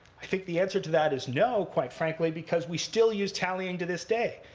i think the answer to that is no, quite frankly. because we still use tallying to this day.